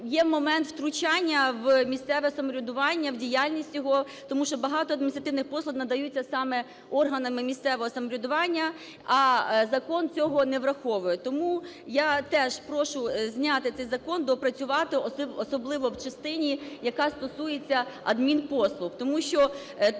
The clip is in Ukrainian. є момент втручання в місцеве самоврядування, в діяльність його, тому що багато адміністративних послуг надаються саме органами місцевого самоврядування, а закон цього не враховує. Тому я теж прошу зняти цей закон, доопрацювати, особливо в частині, яка стосується адмінпослуг.